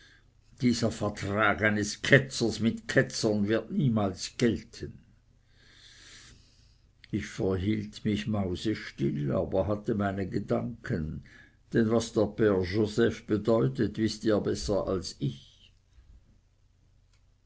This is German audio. dieser vertrag eines ketzers mit ketzern wird niemals gelten ich verhielt mich mausestill aber hatte meine gedanken denn was der pater joseph bedeutet wißt ihr besser als ich